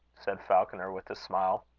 said falconer, with a smile.